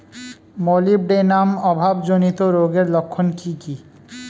Molybdenum অভাবজনিত রোগের লক্ষণ কি কি?